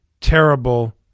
terrible